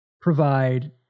provide